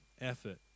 effort